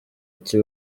ikaze